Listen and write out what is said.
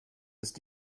ist